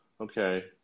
Okay